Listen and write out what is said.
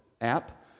app